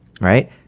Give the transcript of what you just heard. right